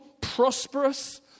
prosperous